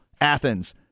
Athens